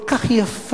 כל כך יפה,